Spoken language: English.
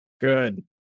Good